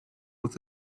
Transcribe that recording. with